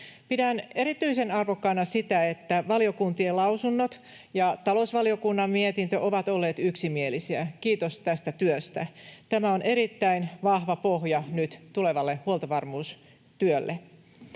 Pidän erityisen arvokkaana sitä, että valiokuntien lausunnot ja talousvaliokunnan mietintö ovat olleet yksimielisiä — kiitos tästä työstä. Tämä on erittäin vahva pohja nyt tulevalle huoltovarmuustyölle.